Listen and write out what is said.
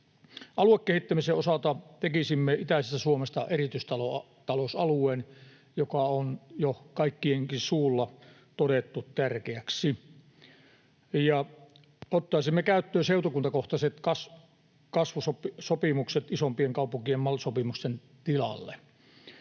Aluekehittämisen osalta tekisimme itäisestä Suomesta erityistalousalueen, mikä on jo kaikkienkin suulla todettu tärkeäksi. Ottaisimme käyttöön seutukuntakohtaiset kasvusopimukset isompien kaupunkien MAL-sopimusten tilalle.